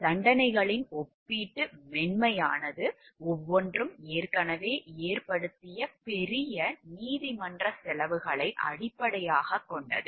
தண்டனைகளின் ஒப்பீட்டு மென்மையானது ஒவ்வொன்றும் ஏற்கனவே ஏற்படுத்திய பெரிய நீதிமன்றச் செலவுகளை அடிப்படையாகக் கொண்டது